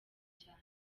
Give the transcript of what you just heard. cyane